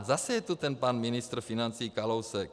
Zase je to ten pan ministr financí Kalousek.